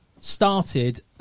started